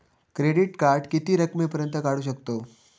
Credit card किती रकमेपर्यंत काढू शकतव?